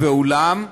ואולם,